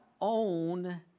own